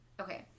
Okay